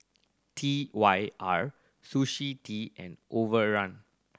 T Y R Sushi Tei and Overrun